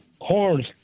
Horns